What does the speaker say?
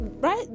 Right